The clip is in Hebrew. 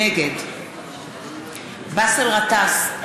נגד באסל גטאס,